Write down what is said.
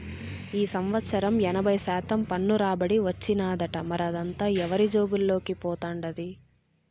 ఈ సంవత్సరం ఎనభై శాతం పన్ను రాబడి వచ్చినాదట, మరదంతా ఎవరి జేబుల్లోకి పోతండాది